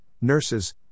nurses